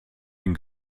den